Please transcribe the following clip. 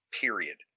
period